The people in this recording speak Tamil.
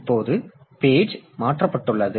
இப்போது பேஜ் மாற்றப்பட்டுள்ளது